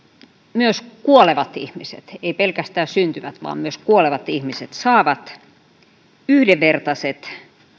myös kuolevat ihmiset eivät pelkästään syntyvät vaan myös kuolevat ihmiset saavat yhdenvertaiset